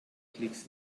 klicks